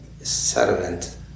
servant